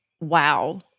wow